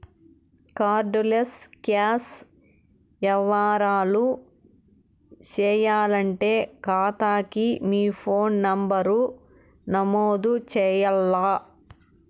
card less cash యవ్వారాలు సేయాలంటే కాతాకి మీ ఫోను నంబరు నమోదు చెయ్యాల్ల